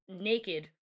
naked